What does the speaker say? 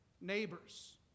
neighbors